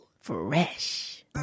Fresh